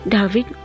David